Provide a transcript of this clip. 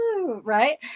right